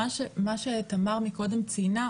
מה שתמר מקודם ציינה,